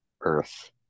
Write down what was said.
earth